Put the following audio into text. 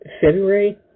February